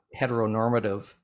heteronormative